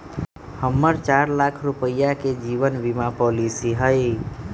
हम्मर चार लाख रुपीया के जीवन बीमा पॉलिसी हई